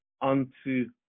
unto